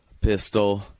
pistol